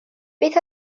beth